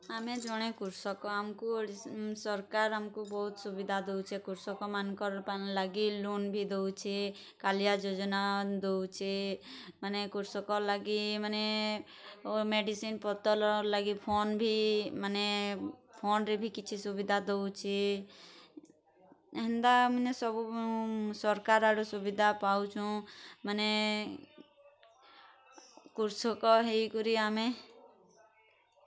ଆମେ ଜଣେ କୃଷକ ଆମକୁ ଓଡ଼ିଶା ସରକାର ଆମକୁ ବହୁତ ସୁବିଧା ଦଉଚେ କୃଷକ ମାନଙ୍କର ପାନ ଲାଗି ଲୋନ୍ ବି ଦଉଛେ କାଳିଆ ଯୋଜନା ଦଉଚେ ମାନେ କୃଷକ ଲାଗି ମାନେ ମେଡିସିନ୍ ପତ୍ର ଲାଗି ଫୋନ୍ ବି ମାନେ ଫୋନ୍ରେ ବି କିଛି ସୁବିଧା ଦଉଛି ଏନ୍ତା ମାନେ ସବୁ ସରକାର ଆଡୁ ସୁବିଧା ପାଉଛୁ ମାନେ କୃଷକ ହେଇକରି ଆମେ